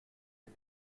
est